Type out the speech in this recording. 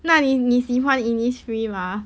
那你你喜欢 Innisfree 吗